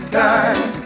time